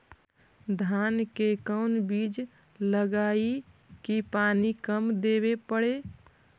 धान के कोन बिज लगईऐ कि पानी कम देवे पड़े?